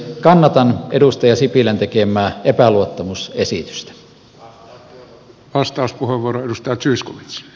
kannatan edustaja sipilän tekemää epäluottamusesitystä